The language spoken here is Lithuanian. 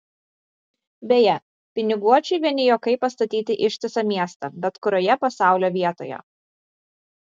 beje piniguočiui vieni juokai pastatyti ištisą miestą bet kurioje pasaulio vietoje